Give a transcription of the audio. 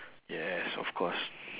yes of course